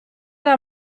era